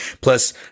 Plus